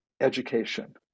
education